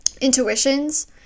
intuitions